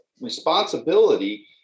responsibility